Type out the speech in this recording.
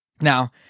Now